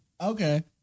Okay